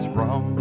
rum